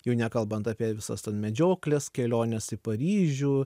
jau nekalbant apie visas ten medžiokles keliones į paryžių